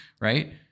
right